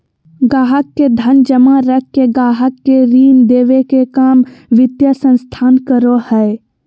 गाहक़ के धन जमा रख के गाहक़ के ऋण देबे के काम वित्तीय संस्थान करो हय